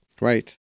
Right